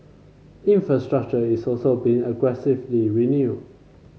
infrastructure is also being aggressively renewed